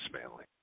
family